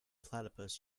platypus